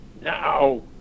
Now